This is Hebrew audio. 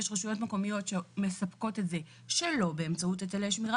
יש רשויות מקומיות שמספקות את זה שלא באמצעות היטלי שמירה,